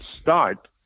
start